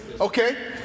okay